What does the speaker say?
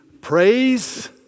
praise